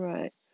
Right